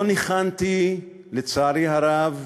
לא ניחנתי, לצערי הרב,